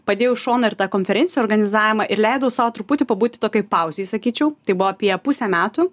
padėjau į šoną ir tą konferencijų organizavimą ir leidau sau truputį pabūti tokioj pauzėj sakyčiau tai buvo apie pusę metų